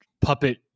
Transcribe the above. puppet